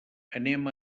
anem